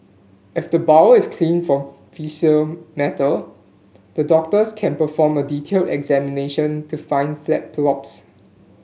if the bowel is clean for faecal matter the doctors can perform a detailed examination to find flat polyps